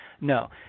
No